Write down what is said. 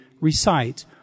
recite